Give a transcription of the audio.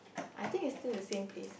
I think is still the same place